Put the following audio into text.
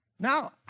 Now